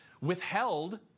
withheld